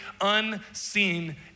unseen